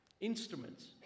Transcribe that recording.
instruments